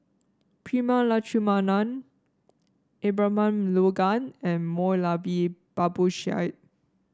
Prema Letchumanan Abraham Logan and Moulavi Babu Sahib